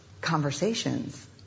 conversations